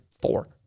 four